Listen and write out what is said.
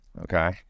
okay